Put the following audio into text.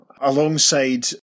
Alongside